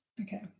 Okay